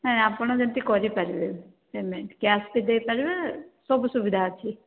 ନାଇଁ ଆପଣ ଯେମିତି କରିପାରିବେ ପେମେଣ୍ଟ୍ କ୍ୟାସ୍ବି ଦେଇ ପାରିବେ ସବୁ ସୁବିଧା ଅଛି